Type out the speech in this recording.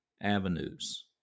avenues